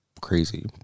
crazy